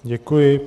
Děkuji.